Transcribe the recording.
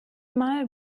mal